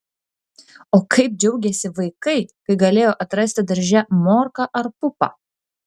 o kaip džiaugėsi vaikai kai galėjo atrasti darže morką ar pupą